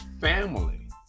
family